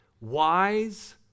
wise